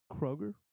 Kroger